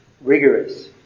rigorous